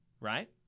right